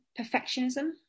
perfectionism